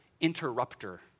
interrupter